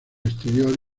exterior